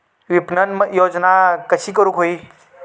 विपणन योजना कशी करुक होई?